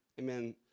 Amen